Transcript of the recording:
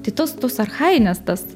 tai tos tos archajinės tas